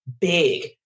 big